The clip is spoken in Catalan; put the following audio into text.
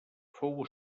fou